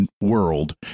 world